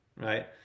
right